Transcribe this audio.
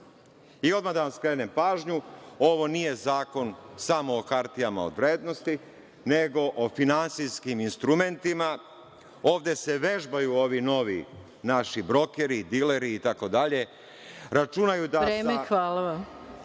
Odmah da vam skrenem pažnju, ovo nije zakon samo o hartijama od vrednosti, nego o finansijskim instrumentima. Ovde se vežbaju ovi novi naši brokeri, dileri, itd, računaju da…